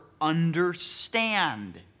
understand